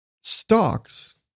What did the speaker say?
stocks